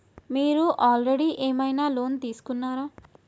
మీరు ఆల్రెడీ ఏమైనా లోన్ తీసుకున్నారా?